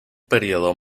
período